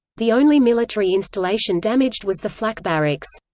the only military installation damaged was the flak barracks.